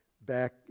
back